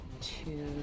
two